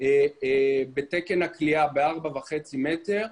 בתקן הכליאה ב-4.5 מ"ר,